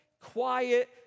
quiet